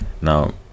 now